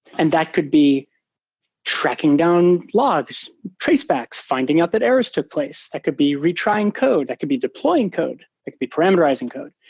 and that could be tracking down logs, trace backs, finding out that errors took place, that could be retrying code, that could be deploying code, it could parameterizing code.